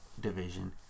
Division